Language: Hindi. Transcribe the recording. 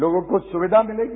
लोगों को सुविधा मिलेगी